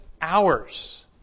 hours